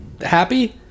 happy